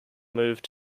moved